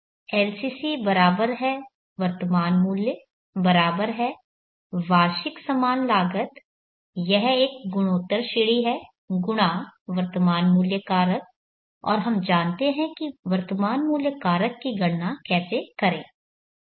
LCC बराबर है वर्तमान मूल्य बराबर है वार्षिक समान लागत यह एक गुणोत्तर श्रेढ़ी है गुणा वर्तमान मूल्य कारक और हम जानते हैं कि वर्तमान कार्य कारक की गणना कैसे करें